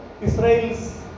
Israel's